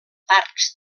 parcs